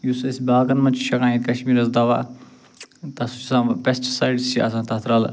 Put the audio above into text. یُس أسۍ باغن منٛز چھِ چھَکان یہِ دوا تَتھ سُہ چھِ آسان پٮ۪سٹٕسایڈٕس چھِ آسان تَتھ رَلہٕ